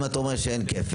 אם אתה אומר שאין כפל,